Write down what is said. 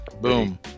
Boom